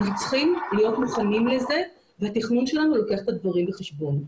אנחנו צריכים להיות מוכנים לזה והתכנון שלנו לוקח את הדברים בחשבון.